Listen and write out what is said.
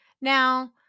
Now